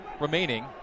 remaining